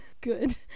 Good